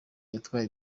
yatwaye